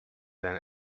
than